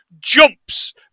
jumps